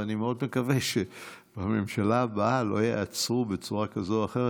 ואני מאוד מקווה שבממשלה הבאה לא יעצרו בצורה כזו או אחרת,